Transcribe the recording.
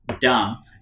dumb